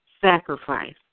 sacrifice